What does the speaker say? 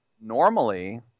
normally